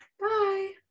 Bye